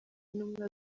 intumwa